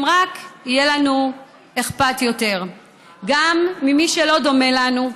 אם רק יהיה לנו אכפת יותר גם ממי שלא דומה לנו,